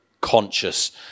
conscious